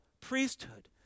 priesthood